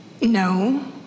No